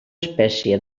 espècie